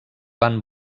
van